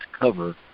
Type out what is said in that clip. cover